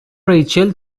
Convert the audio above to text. ریچل